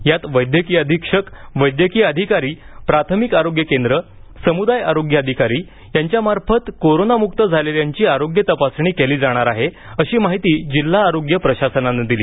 यात वैद्यकीय अधीक्षक वैद्यकीय अधिकारी प्राथमिक आरोग्य केंद्रं समुदाय आरोग्य अधिकारी यांच्यामार्फत कोरोनामुक्त झालेल्यांची आरोग्य तपासणी केली जाणार आहे अशी माहिती जिल्हा आरोग्य प्रशासनानं दिली